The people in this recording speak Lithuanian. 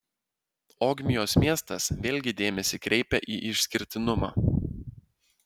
ogmios miestas vėlgi dėmesį kreipia į išskirtinumą